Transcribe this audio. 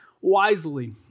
Wisely